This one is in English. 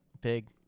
Big